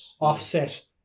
offset